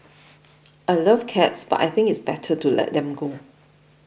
I love cats but I think it's better to let them go